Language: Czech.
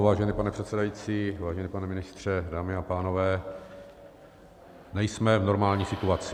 Vážený pane předsedající, vážený pane ministře, dámy a pánové, nejsme v normální situaci.